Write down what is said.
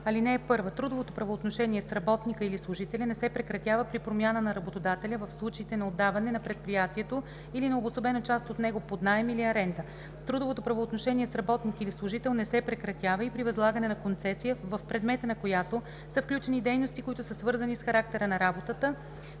така: „(1) Трудовото правоотношение с работника или служителя не се прекратява при промяна на работодателя в случаите на отдаване на предприятието или на обособена част от него под наем или аренда. Трудовото правоотношение с работник или служител не се прекратява и при възлагане на концесия, в предмета на която са включени дейности, които са свързани с характера на работата